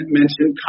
mentioned